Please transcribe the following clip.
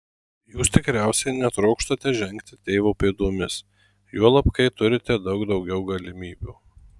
jūs tikriausiai netrokštate žengti tėvo pėdomis juolab kai turite daug daugiau galimybių